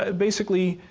ah basically,